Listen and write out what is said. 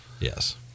Yes